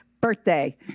birthday